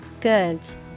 goods